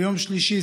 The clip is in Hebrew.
ביום שלישי,